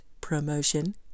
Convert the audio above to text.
Promotion